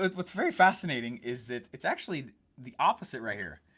like what's very fascinating is that it's actually the opposite right here.